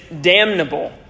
damnable